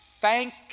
Thank